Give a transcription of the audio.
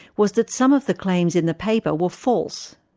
was that some of the claims in the paper were false.